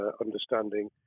understanding